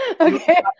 Okay